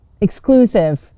Exclusive